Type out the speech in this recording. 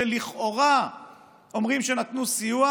שלכאורה אומרים שנתנו סיוע,